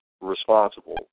responsible